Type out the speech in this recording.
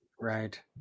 Right